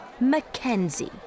Mackenzie